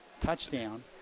touchdown